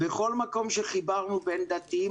בכל מקום שחיברנו בין דתיים,